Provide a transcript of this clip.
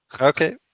Okay